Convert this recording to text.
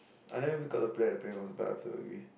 I never even got to play at the playground